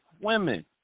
women